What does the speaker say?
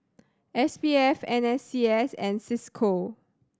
S P F N S C S and Cisco